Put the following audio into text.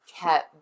kept